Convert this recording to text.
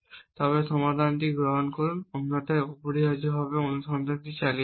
তবে সমাধানটি গ্রহণ করুন অন্যথায় অপরিহার্যভাবে অনুসন্ধান চালিয়ে যান